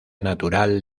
natural